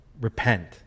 Repent